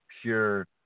pure